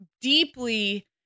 deeply